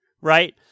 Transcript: Right